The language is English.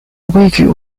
vague